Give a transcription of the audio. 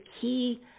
key